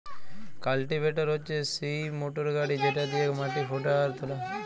cultivator হচ্যে সিই motor গাড়ি যেটা দিয়েক মাটি হুদা আর তোলা হয়